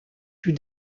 tout